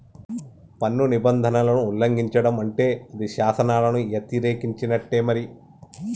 పన్ను నిబంధనలను ఉల్లంఘిచడం అంటే అది శాసనాలను యతిరేకించినట్టే మరి